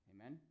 Amen